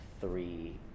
three